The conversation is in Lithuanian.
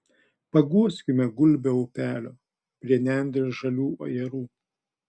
paguoskime gulbę upelio prie nendrės žalių ajerų